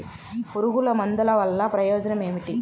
పురుగుల మందుల వల్ల ప్రయోజనం ఏమిటీ?